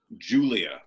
Julia